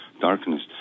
darkness